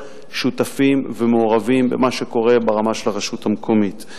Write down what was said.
שותפים ומעורבים במה שקורה ברמה של הרשות המקומית.